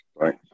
Right